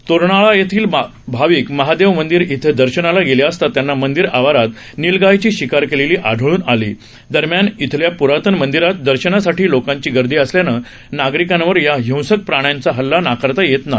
तोरणाळा येथील भाविक महादेव मंदिर इथे दर्शनाला गेले असता त्याना मंदिर आवारात निलगायची शिकार केलेली आढळून आलीदरम्यान इथल्या प्रातन मंदिरात दर्शनासाठी लोकांची गर्दी असल्याने नागरिकांवर या हिंसक प्राण्यांचा हल्ला नाकारता येत नाही